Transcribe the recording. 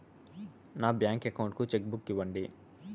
నా bank account కు cheque book ఇవ్వండి